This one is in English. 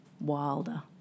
wilder